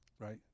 Right